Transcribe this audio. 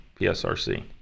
PSRC